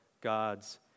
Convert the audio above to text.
God's